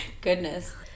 goodness